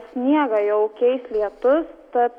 sniegą jau keis lietus tad